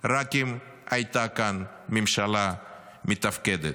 רק אם הייתה כאן ממשלה מתפקדת,